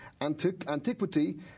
antiquity